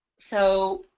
so